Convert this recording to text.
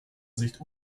sicht